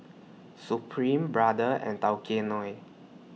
Supreme Brother and Tao Kae Noi